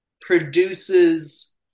produces